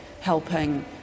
helping